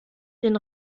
den